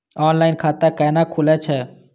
Offline खाता कैना खुलै छै?